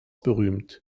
berühmt